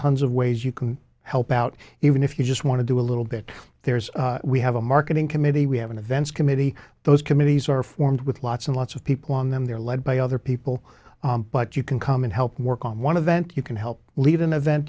tons of ways you can help out even if you just want to do a little bit there's we have a marketing committee we have an events committee those committees are formed with lots and lots of people on them they're led by other people but you can come and help work on one a vent you can help leave in the event